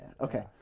Okay